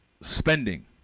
spending